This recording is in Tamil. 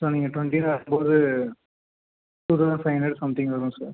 ஸோ நீங்கள் டுவெண்ட்டினு வரும்போது two thousand five hundred something வரும் சார்